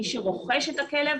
מי שרוכש את הכלב,